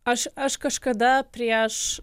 aš aš kažkada prieš